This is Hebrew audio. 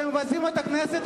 אתם מבזים את הכנסת,